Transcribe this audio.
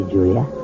Julia